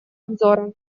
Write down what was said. обзора